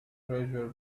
treasure